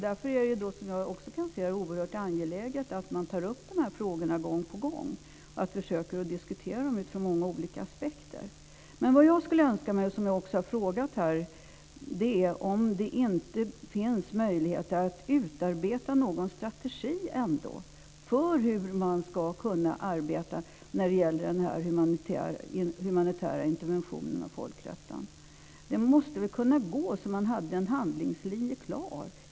Därför är det som jag ser det oerhört angeläget att man tar upp de här frågorna gång på gång och att man försöker diskutera dem utifrån många olika apsekter. Vad jag skulle önska mig, och som jag också har frågat om här, är möjligheter att utarbeta någon strategi för hur man ska kunna arbeta när det gäller humanitära interventioner och folkrätten. Det måste väl kunna gå, så att man hade en handlingslinje klar.